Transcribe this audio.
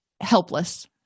helpless